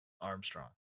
Armstrong